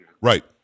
Right